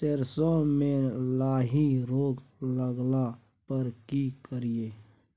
सरसो मे लाही रोग लगला पर की करिये?